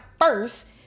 first